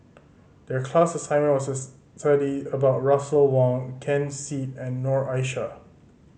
the class assignment was study about Russel Wong Ken Seet and Noor Aishah